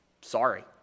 Sorry